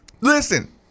Listen